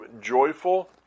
joyful